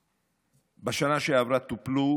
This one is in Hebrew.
בשנה שעברה טופלו